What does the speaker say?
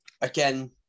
again